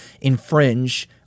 infringe